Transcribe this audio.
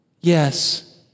Yes